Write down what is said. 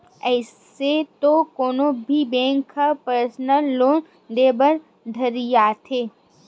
अइसे तो कोनो भी बेंक ह परसनल लोन देय बर ढेरियाथे